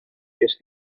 just